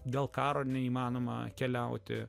dėl karo neįmanoma keliauti